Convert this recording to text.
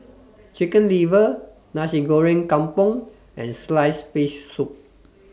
Chicken Liver Nasi Goreng Kampung and Sliced Fish Soup